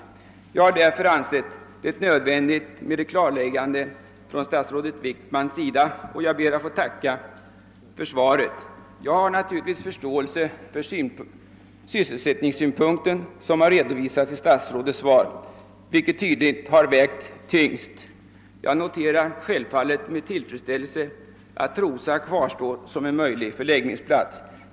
Jag har därför ansett det nödvändigt att statsrådet Wickman gör ett klarläggande. Jag har naturligtvis förståelse för sysselsättningssynpunkterna, som redovisats i statsrådets svar och som tydligen har vägt tyngst. Det är med tillfredsställelse jag noterar att Trosa kvarstår som en möjlig förläggningsplats.